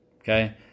Okay